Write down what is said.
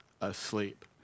asleep